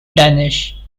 danish